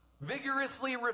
Vigorously